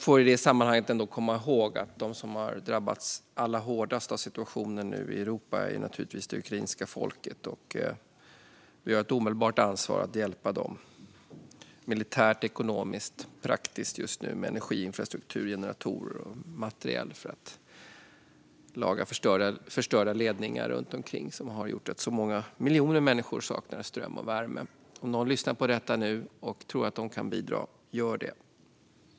I det sammanhanget får man ändå komma ihåg att de som har drabbats hårdast av situationen i Europa naturligtvis är det ukrainska folket. Vi har ett omedelbart ansvar att hjälpa dem militärt, ekonomiskt och praktiskt. Just nu gäller det energiinfrastruktur, generatorer och material för att laga förstörda ledningar som har gjort att många miljoner människor saknar ström och värme. Om någon som lyssnar på detta tror att de kan bidra: Gör det!